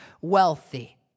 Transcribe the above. wealthy